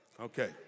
Okay